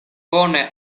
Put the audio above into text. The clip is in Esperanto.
bone